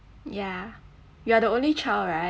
ya you are the only child right